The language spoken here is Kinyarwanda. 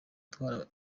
itwara